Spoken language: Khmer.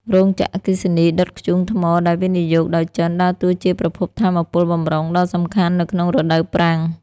រោងចក្រអគ្គិសនីដុតធ្យូងថ្មដែលវិនិយោគដោយចិន ដើរតួជាប្រភពថាមពលបម្រុងដ៏សំខាន់នៅក្នុងរដូវប្រាំង។